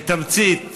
בתמצית,